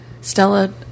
Stella